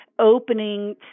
opening